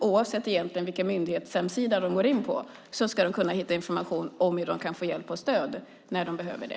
Oavsett vilka myndigheters hemsidor de går in på ska de kunna hitta information om hur de kan få hjälp och stöd när de behöver det.